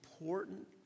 important